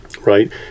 right